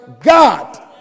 God